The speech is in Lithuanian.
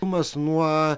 atstumas nuo